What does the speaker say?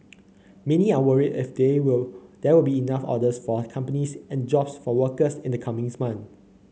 many are worried if there will there will be enough orders for the companies and jobs for workers in the coming months